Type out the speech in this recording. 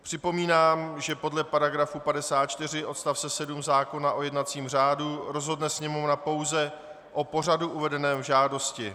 Připomínám, že podle § 54 odst. 7 zákona o jednacím řádu rozhodne Sněmovna pouze o pořadu uvedeném v žádosti.